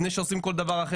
לפני שעושים כל דבר אחר.